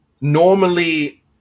normally